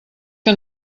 que